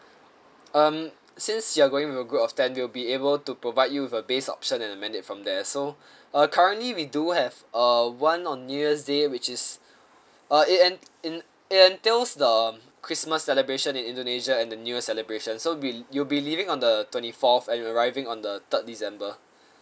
um since you are going with a group of ten we'll be able to provide you with a base option and amend it from there so uh currently we do have uh one on new year's day which is uh it en~ it it entails the christmas celebration in indonesia and the new year celebration so we'll you'll be leaving on the twenty fourth and will arriving on the third december